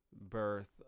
Birth